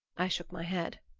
i shook my head.